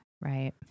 right